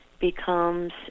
becomes